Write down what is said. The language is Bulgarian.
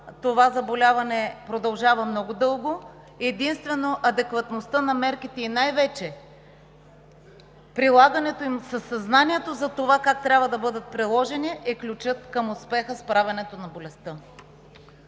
това заболяване продължава много дълго. Единствено адекватността на мерките, и най-вече прилагането им със съзнанието за това как трябва да бъдат приложени, е ключът към успеха за справянето с болестта.